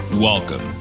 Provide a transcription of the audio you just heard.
Welcome